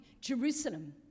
Jerusalem